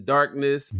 Darkness